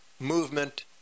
Movement